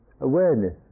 awareness